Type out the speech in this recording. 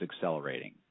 accelerating